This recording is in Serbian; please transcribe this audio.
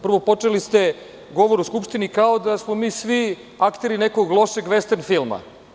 Prvo, počeli ste govor u Skupštini, kao da smo mi svi akteri nekog lošeg vestern filma.